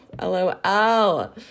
LOL